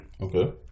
Okay